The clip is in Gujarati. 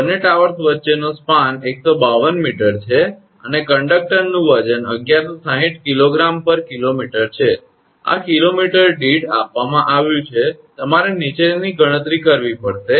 બંને ટાવર્સ વચ્ચેનો ગાળો 152 𝑚 છે અને કંડક્ટરનું વજન 1160 𝐾𝑔 𝑘𝑚 છે આ કિલોમીટર દીઠ આપવામાં આવ્યું છે તમારે નીચેની ગણતરી કરવી પડશે